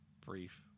brief